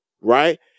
right